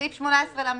סעיף 18לח,